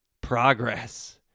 progress